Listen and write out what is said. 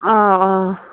آ آ